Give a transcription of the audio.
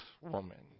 woman